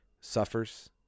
suffers